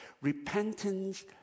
repentance